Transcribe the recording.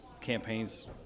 campaigns